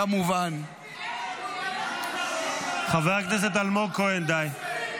כמובן ------ חבר הכנסת אלמוג כהן, די.